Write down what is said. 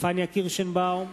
פניה קירשנבאום,